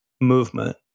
movement